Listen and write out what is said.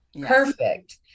perfect